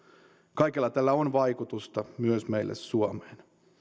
kaikella tällä on vaikutusta myös meille suomeen